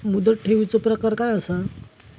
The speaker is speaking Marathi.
मुदत ठेवीचो प्रकार काय असा?